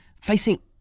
facing